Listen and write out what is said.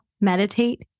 meditate